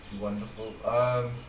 wonderful